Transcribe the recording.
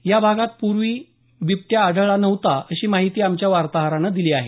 या भागात यापूर्वी बिबट्या आढळला नव्हता अशी माहिती आमच्या वातोहरान दिली आहे